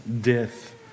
death